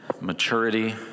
Maturity